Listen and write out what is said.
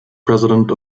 president